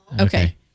Okay